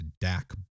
dak